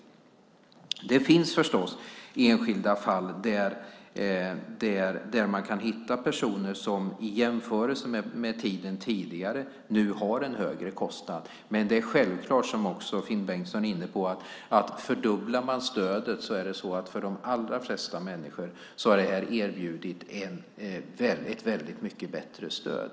Det finns förstås enskilda fall där man kan hitta personer som i jämförelse med tidigare nu har en högre kostnad, men det är självklart, som också Finn Bengtsson är inne på, att fördubblar man stödet har det här för de allra flesta människor erbjudit ett väldigt mycket bättre stöd.